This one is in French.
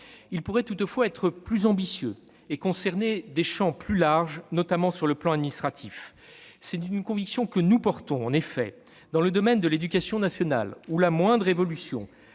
il pourrait toutefois être plus ambitieux et concerner des champs plus larges, notamment sur le plan administratif. C'est en effet une conviction que nous portons : dans le domaine de l'éducation nationale, où la moindre évolution